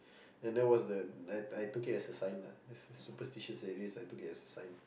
and that was the I I took it a sign lah is superstitious already so I took it as a sign lah